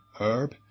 Herb